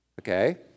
okay